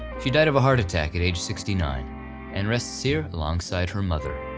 she died of a heart attack at age sixty nine and rests here alongside her mother.